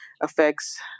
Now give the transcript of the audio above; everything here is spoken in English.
affects